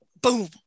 boom